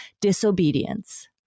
disobedience